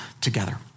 together